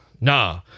Nah